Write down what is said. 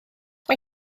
mae